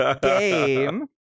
game